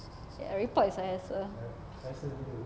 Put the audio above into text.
ya report is a hassle